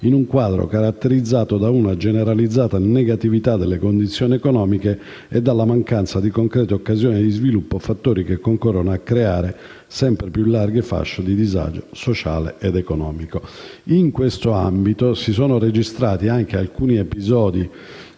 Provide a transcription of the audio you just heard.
in un quadro caratterizzato da una generalizzata negatività delle condizioni economiche e dalla mancanza di concrete occasioni di sviluppo, fattori che concorrono a creare sempre più larghe fasce di disagio sociale ed economico. In tale ambito, si sono registrati anche alcuni episodi